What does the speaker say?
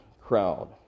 crowd